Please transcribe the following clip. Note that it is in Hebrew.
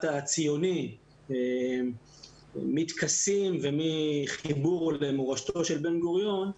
הציוני מטקסים ומחיבור למורשתו של בן גוריון,